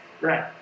right